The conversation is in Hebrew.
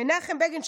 מנחם בגין,